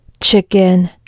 chicken